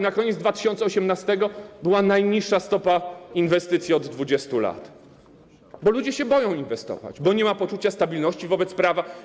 Na koniec 2018 r. była najniższa stopa inwestycji od 20 lat, bo ludzie się boją inwestować, bo nie ma poczucia stabilności wobec prawa.